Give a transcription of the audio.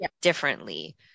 differently